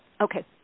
Okay